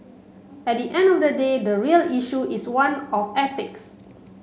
at the end of the day the real issue is one of ethics